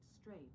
straight